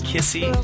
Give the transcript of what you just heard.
Kissy